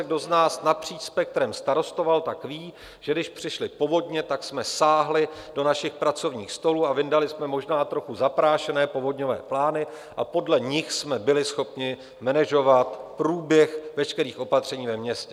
Kdo z nás napříč spektrem starostoval, tak ví, že když přišly povodně, tak jsme sáhli do našich pracovních stolů a vyndali jsme možná trochu zaprášené povodňové plány a podle nich jsme byli schopni manažovat průběh veškerých opatření ve městě.